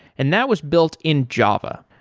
and that was built in java.